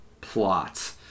plot